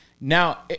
Now